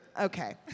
okay